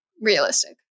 realistic